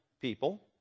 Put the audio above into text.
people